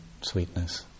sweetness